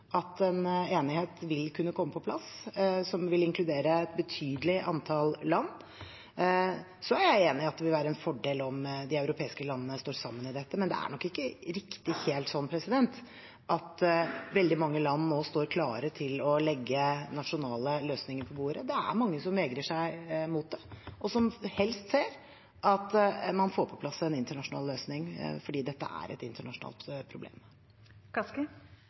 at en enighet vil kunne komme på plass, som vil inkludere et betydelig antall land. Jeg er enig i at det vil være en fordel om de europeiske landene står sammen i dette, men det er nok ikke riktig helt slik at veldig mange land nå står klare til å legge nasjonale løsninger på bordet. Det er mange som vegrer seg mot det, og som helst ser at man får på plass en internasjonal løsning, for dette er et internasjonalt problem.